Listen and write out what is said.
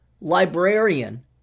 librarian